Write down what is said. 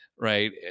right